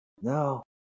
No